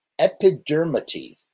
epidermity